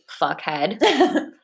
fuckhead